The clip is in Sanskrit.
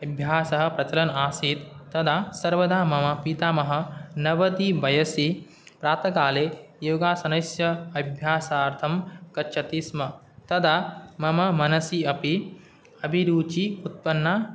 अभ्यासः प्रचलन् आसीत् तदा सर्वदा मम पितामहः नवति वयसि प्रातःकाले योगासनस्य अभ्यासार्थं गच्छति स्म तदा मम मनसि अपि अभिरुचिः उत्पन्ना